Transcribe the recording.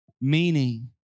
meaning